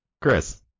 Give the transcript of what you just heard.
Chris